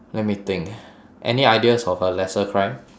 let me think any ideas of a lesser crime